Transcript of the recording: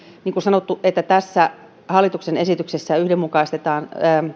niin kuin sanottu tässä hallituksen esityksessä yhdenmukaistetaan